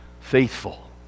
faithful